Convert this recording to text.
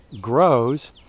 grows